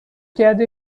کرده